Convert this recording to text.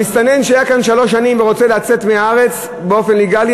המסתנן שהיה כאן שלוש שנים ורוצה לצאת מהארץ באופן לגלי,